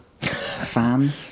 fan